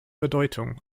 bedeutung